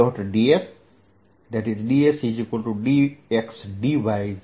ds dsdxdyz